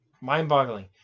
mind-boggling